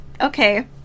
Okay